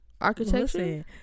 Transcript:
architecture